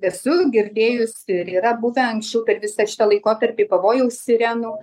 esu girdėjus ir yra buvę anksčiau per visą šitą laikotarpį pavojaus sirenų